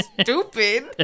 stupid